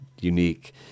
unique